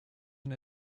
den